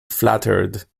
flattered